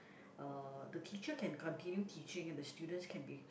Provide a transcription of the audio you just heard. uh the teacher can continue teaching the students can be